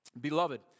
Beloved